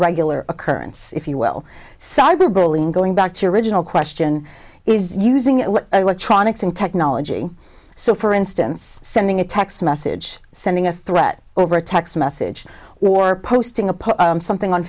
regular occurrence if you will cyber bullying going back to your original question is using electronics in technology so for instance sending a text message sending a threat over a text message or posting a something on